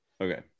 Okay